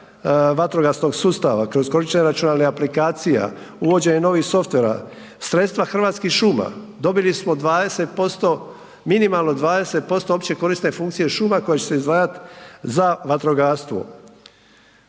vatrogasnog sustava kroz korištenje računalnih aplikacija, uvođenje novih softvera. Sredstva Hrvatskih šuma, dobili smo 20% minimalno 20% opće korisne funkcije šuma koje će se izdvajati za vatrogastvo.